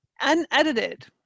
unedited